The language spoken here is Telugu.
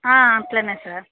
ఆ అలానే సర్